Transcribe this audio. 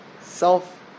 self